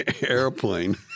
airplane